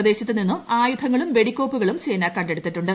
പ്രദേശത്ത് നിന്നും ആയുധങ്ങളും വെടിക്കോപ്പുകളും സേന കണ്ടെടുത്തിട്ടുണ്ട്